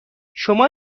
شما